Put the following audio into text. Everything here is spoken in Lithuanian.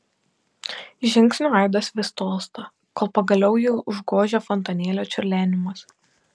žingsnių aidas vis tolsta kol pagaliau jį užgožia fontanėlio čiurlenimas